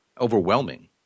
overwhelming